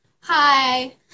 Hi